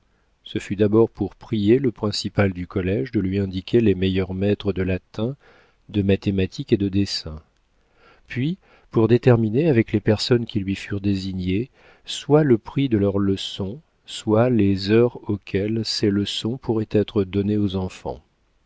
ce fut d'abord pour prier le principal du collége de lui indiquer les meilleurs maîtres de latin de mathématiques et de dessin puis pour déterminer avec les personnes qui lui furent désignées soit le prix de leurs leçons soit les heures auxquelles ces leçons pourraient être données aux enfants